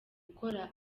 gukorera